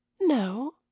no